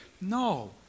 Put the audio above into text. No